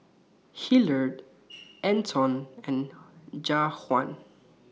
Hillard Anton and Jajuan